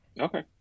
Okay